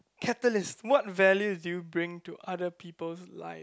Capitalist what value did you bring to other people life